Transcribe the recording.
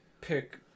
pick